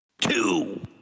two